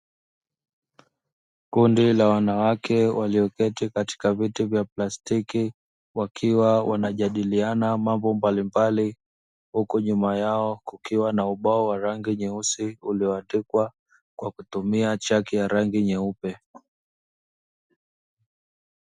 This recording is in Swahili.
Kundi la wanawake walio keti katika viti vya plastiki, wakiwa wanajadiliana mambo mbalimbali, huku nyuma yao kukiwa na ubao wa rangi nyeusi ulio andikwa kwa kutumia chaki ya rangi nyeupe.